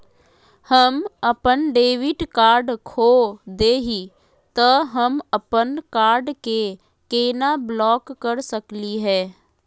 हम अपन debit card खो दे ही, त हम अप्पन कार्ड के केना ब्लॉक कर सकली हे?